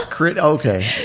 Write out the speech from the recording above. okay